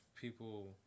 people